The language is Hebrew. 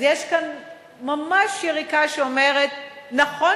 אז יש כאן ממש יריקה שאומרת: נכון